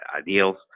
ideals